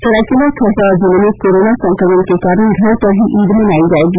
सरायकेला खरसावां जिले में कोरोना संक्रमण के कारण घर पर ही ईद मनायी जायेगी